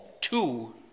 Two